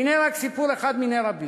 והנה, רק סיפור אחד מני רבים: